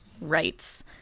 rights